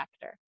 factor